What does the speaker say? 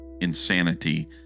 insanity